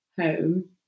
home